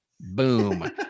Boom